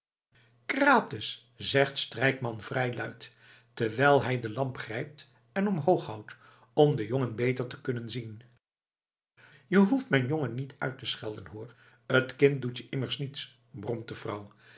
krates zegt strijkman vrij luid terwijl hij de lamp grijpt en omhooghoudt om den jongen beter te kunnen zien je hoeft mijn jongen niet uit te schelden hoor t kind doet je immers niets bromt de vrouw